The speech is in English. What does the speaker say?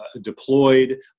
deployed